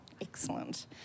Excellent